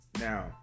Now